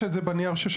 יש את זה בנייר ששלחנו,